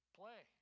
play